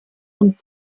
und